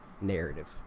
narrative